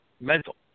mental